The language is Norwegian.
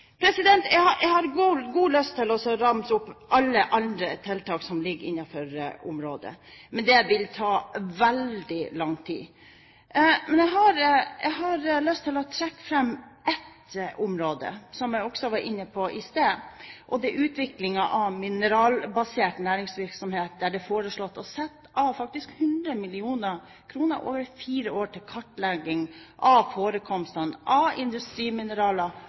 Jeg har god lyst til å ramse opp alle de tiltakene som ligger innenfor området, men det ville ta veldig lang tid. Men jeg har lyst til å trekke fram ett område, som jeg også var inne på i sted. Det er utviklingen av mineralbasert næringsvirksomhet, der det faktisk er foreslått å sette av 100 mill. kr over fire år til kartlegging av forekomstene av industrimineraler